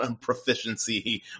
proficiency